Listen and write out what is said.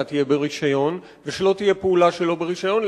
תהיה ברשיון ושלא תהיה פעולה שלא ברשיון.